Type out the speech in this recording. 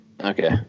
Okay